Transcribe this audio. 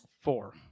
four